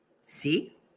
See